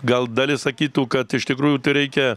gal dalis sakytų kad iš tikrųjų tai reikia